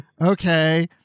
okay